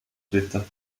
dritter